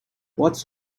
what’s